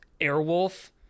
Airwolf